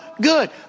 good